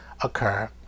occur